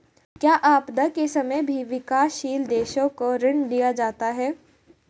क्या आपदा के समय भी विकासशील देशों को ऋण दिया जाता है?